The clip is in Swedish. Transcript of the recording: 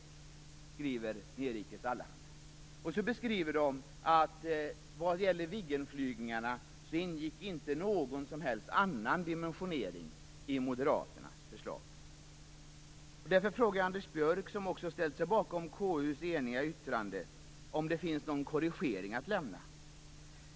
Det skriver man i Nerikes Allehanda. Man skriver också att vad gäller Viggenflygningarna ingick inte någon som helst annan dimensionering i Moderaternas förslag. Därför frågar jag Anders Björck, som också ställt sig bakom KU:s eniga yttrande, om det finns någon korrigering att lämna.